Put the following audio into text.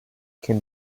can